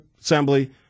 Assembly